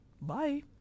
Bye